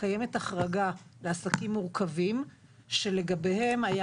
קיימת החרגה לעסקים מורכבים שלגביהם היה